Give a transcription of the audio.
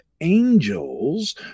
angels